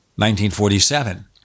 1947